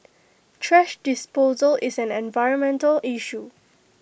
trash disposal is an environmental issue